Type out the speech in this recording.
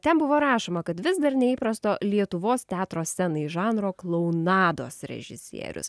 ten buvo rašoma kad vis dar neįprasto lietuvos teatro scenai žanro klounados režisierius